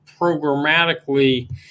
programmatically